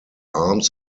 arms